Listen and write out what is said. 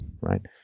right